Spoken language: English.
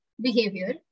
behavior